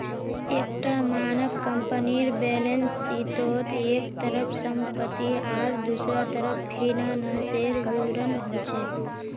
एक टा मानक कम्पनीर बैलेंस शीटोत एक तरफ सम्पति आर दुसरा तरफ फिनानासेर विवरण होचे